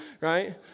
right